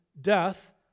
death